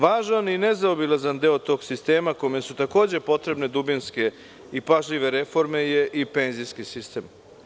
Važan i nezaobilazan deo tog sistema, kome su takođe potrebne dubinske i pažljive reforme je i penzijski sistem.